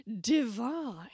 divine